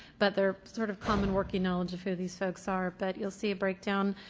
but they're sort of common working knowledge of who these folks are. but you'll see a breakdown.